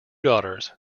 daughters